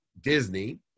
Disney